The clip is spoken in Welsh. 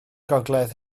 gogledd